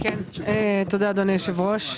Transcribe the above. תודה, אדוני היושב-ראש.